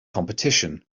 competition